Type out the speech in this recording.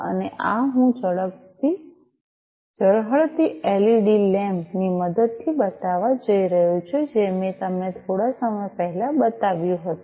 અને આ હું ઝળહળતી એલઇડી લેમ્પ ની મદદથી બતાવવા જઈ રહ્યો છું જે મેં તમને થોડા સમય પહેલા બતાવ્યું હતું